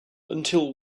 until